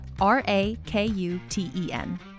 R-A-K-U-T-E-N